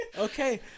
Okay